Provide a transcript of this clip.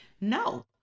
No